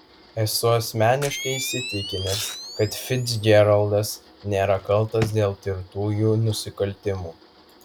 esu asmeniškai įsitikinęs kad ficdžeraldas nėra kaltas dėl tirtųjų nusikaltimų